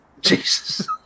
Jesus